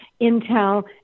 Intel